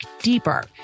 deeper